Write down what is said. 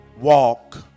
walk